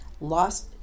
lost